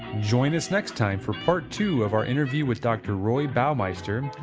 join us next time for part two of our interview with dr. roy baumeister,